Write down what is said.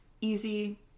easy